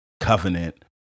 covenant